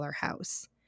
house